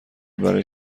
برای